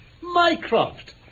Mycroft